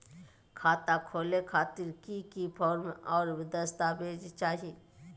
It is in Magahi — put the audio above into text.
खाता खोले खातिर की की फॉर्म और दस्तावेज चाही?